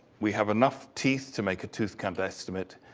we have enough teeth to make a tooth kind of estimate,